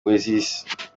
poesis